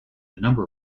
number